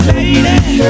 Lady